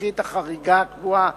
השילוחית החריגה הקבועה